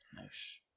Nice